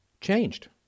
changed